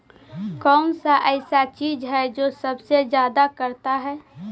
कौन सा ऐसा चीज है जो सबसे ज्यादा करता है?